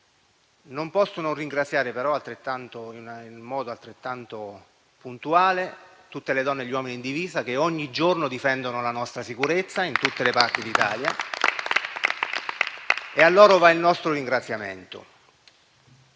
Non posso però non ringraziare in modo altrettanto puntuale tutte le donne e gli uomini in divisa che ogni giorno difendono la nostra sicurezza in tutte le parti d'Italia. A loro va il nostro ringraziamento.